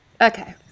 Okay